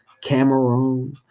Cameroon